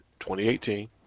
2018